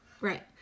right